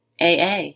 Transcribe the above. AA